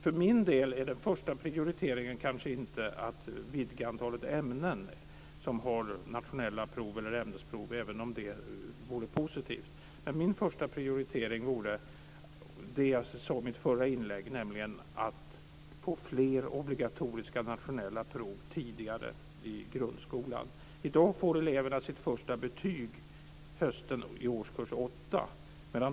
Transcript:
För min del handlar den första prioriteringen kanske inte om att man ska vidga antalet ämnen där man har nationella prov eller ämnesprov, även om det vore positivt. Min första prioritering handlar, som jag sade i mitt förra inlägg, om att man ska få fler obligatoriska nationella prov tidigare i grundskolan. I dag får eleverna sitt första betyg på hösten i årskurs 8.